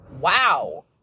Wow